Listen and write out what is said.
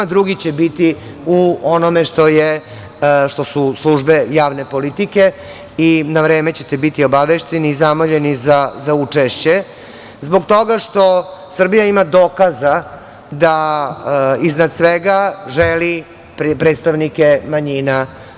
Drugi će biti u onome što su službe javne politike i na vreme ćete biti obavešteni i zamoljeni za učešće zbog toga što Srbija ima dokaza da iznad svega želi predstavnike manjina.